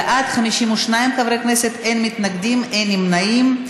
בעד, 52 חברי כנסת, אין מתנגדים ואין נמנעים.